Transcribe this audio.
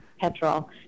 petrol